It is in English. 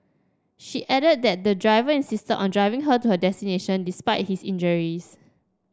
she added that the driver insisted on driving her to her destination despite his injuries